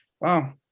wow